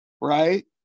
Right